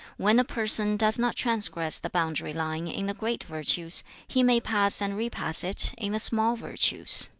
when a person does not transgress the boundary line in the great virtues, he may pass and repass it in the small virtues